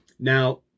Now